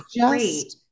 Great